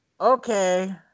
Okay